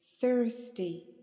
Thirsty